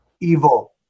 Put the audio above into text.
Evil